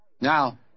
Now